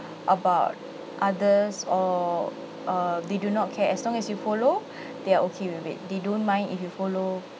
about others or uh they do not care as long as you follow they are okay with it they don't mind if you follow